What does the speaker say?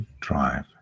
drive